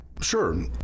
Sure